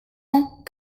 ans